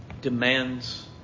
demands